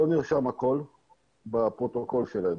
לא נרשם הכול בפרוטוקול שלהם.